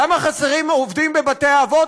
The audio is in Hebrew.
למה חסרים עובדים בבתי-האבות?